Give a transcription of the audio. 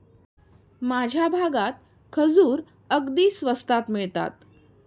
माझ्या भागात खजूर अगदी स्वस्तात मिळतात